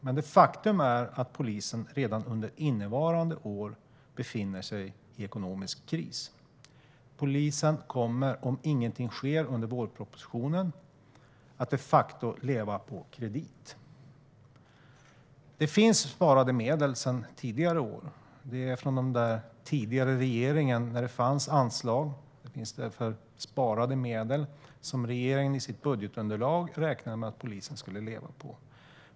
Men faktum är att polisen redan under innevarande år befinner sig i ekonomisk kris. Polisen kommer om ingenting sker efter vårpropositionen att de facto leva på kredit. Det finns sparade medel sedan tidigare år. Det är från de där tidigare regeringarna, när det fanns anslag i stället för sparade medel som regeringen i sitt budgetunderlag räknade med att polisen skulle leva på.